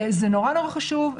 זה חשוב.